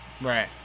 Right